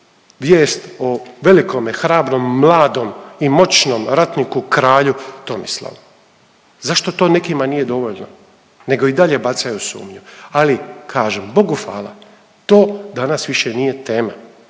vijest o velikome, hrabrom, mladom i moćnom ratniku kralju Tomislavu. Zašto to nekima nije dovoljno nego i dalje bacaju sumnju? Ali kažem Bogu hvala to danas više nije tema,